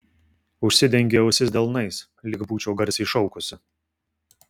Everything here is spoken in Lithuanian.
užsidengei ausis delnais lyg būčiau garsiai šaukusi